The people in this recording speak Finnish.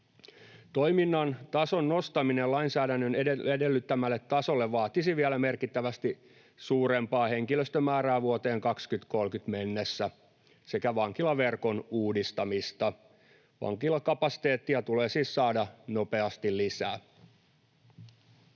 Toiminnan tason nostaminen lainsäädännön edellyttämälle tasolle vaatisi vielä merkittävästi suurempaa henkilöstömäärää vuoteen 2030 mennessä sekä vankilaverkon uudistamista. Vankilakapasiteettia tulee siis saada nopeasti lisää.